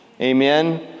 Amen